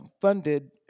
funded